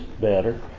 better